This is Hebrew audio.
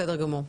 בסדר גמור.